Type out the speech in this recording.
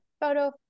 photo